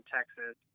Texas